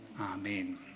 Amen